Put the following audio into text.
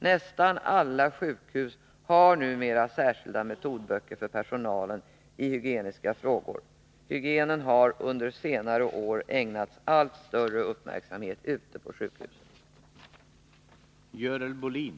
Nästan alla sjukhus har numera särskilda metodböcker för personalen i hygieniska frågor. Hygienen har under senare år ägnats allt större uppmärksamhet ute på sjukhusen.